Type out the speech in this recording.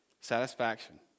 satisfaction